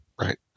right